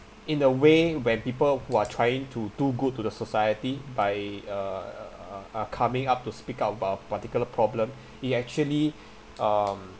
in a way when people who are trying to do good to the society by uh are coming up to speak out about particular problem it actually um